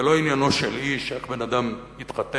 ולא עניינו של איש איך בן-אדם התחתן